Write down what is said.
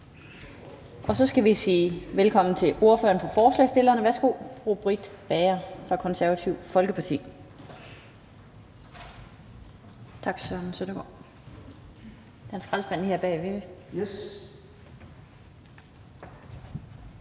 Så skal vi sige velkommen til ordføreren for forslagsstillerne. Værsgo, fru Britt Bager fra Det Konservative Folkeparti.